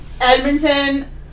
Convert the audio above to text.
Edmonton